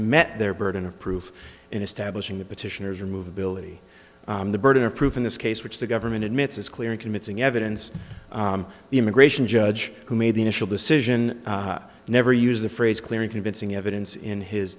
met their burden of proof in establishing the petitioners remove ability the burden of proof in this case which the government admits is clear and convincing evidence the immigration judge who made the initial decision never used the phrase clear and convincing evidence in his